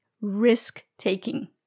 risk-taking